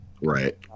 Right